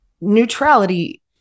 neutrality